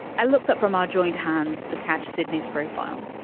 i looked up from our joined hands to catch sydney's profile.